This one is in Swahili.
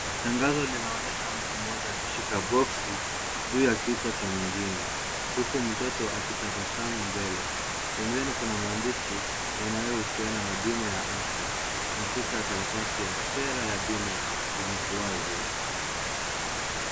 Tangazo linaonyesha mtu mmoja aishika boksi juu ya kichwa cha mwingine, huku mtoto akitabasamu mbele. Pembeni kuna maandishi yanayohusiana na bima ya afya na picha ya karatasi ya sera ya bima imekuwazwa.